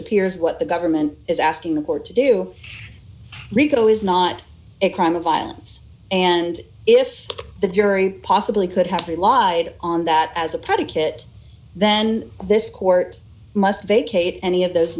appears what the government is asking the court to do rico is not a crime of violence and if the jury possibly could have relied on that as a predicate then this court must vacate any of those